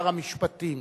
שר המשפטים,